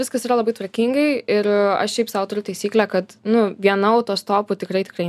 viskas yra labai tvarkingai ir aš šiaip sau turiu taisyklę kad nu viena autostopu tikrai tikrai